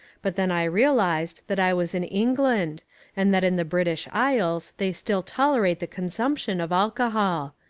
but then i realised that i was in england and that in the british isles they still tolerate the consumption of alcohol.